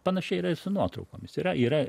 panašiai yra ir su nuotraukomis yra yra